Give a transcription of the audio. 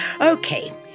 Okay